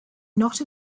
not